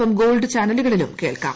M gold ചാനലുകളിലും കേൾക്കാം